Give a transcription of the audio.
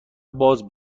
باز